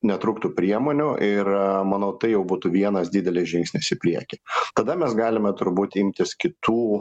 netrūktų priemonių ir manau tai jau būtų vienas didelis žingsnis į priekį tada mes galime turbūt imtis kitų